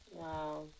Wow